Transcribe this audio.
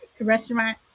restaurant